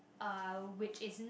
uh which isn't